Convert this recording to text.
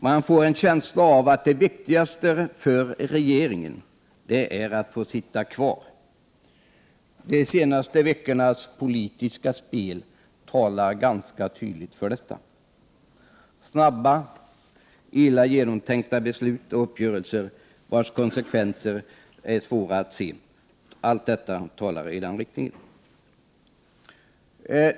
Man får en känsla av att det viktigaste för regeringen är att få sitta kvar. De senaste veckornas politiska spel talar ganska tydligt för detta. Snabba, dåligt genomtänkta beslut och uppgörelser vars konsekvenser är svåra att se — allt detta talar i den riktningen.